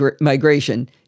migration